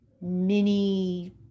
mini